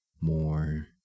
more